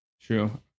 True